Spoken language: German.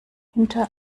hinter